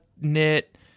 knit